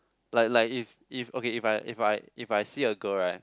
like like if if okay if I if I if I see a girl right